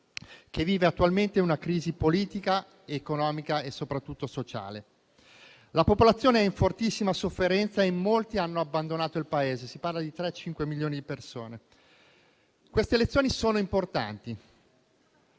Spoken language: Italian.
che vive attualmente una crisi politica, economica e soprattutto sociale. La popolazione è in fortissima sofferenza e in molti hanno abbandonato il Paese: si parla di 3-5 milioni di persone. Queste elezioni sono importanti.